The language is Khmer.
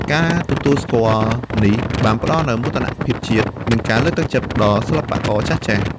ការទទួលស្គាល់នេះបានផ្តល់នូវ មោទកភាពជាតិ និងការលើកទឹកចិត្តដល់សិល្បករចាស់ៗ។